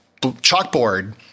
chalkboard